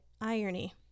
irony